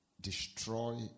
destroy